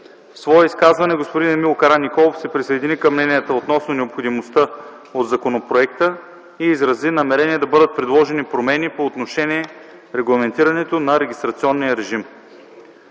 В своето изказване, господин Емил Караниколов се присъедини към мненията относно необходимостта от законопроекта и изрази намерение да бъдат предложени промени по отношение регламентирането на регистрационния режим.